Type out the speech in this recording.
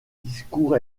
discours